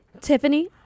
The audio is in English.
Tiffany